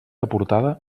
aportada